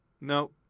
No